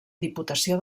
diputació